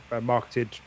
marketed